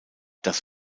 das